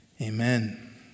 Amen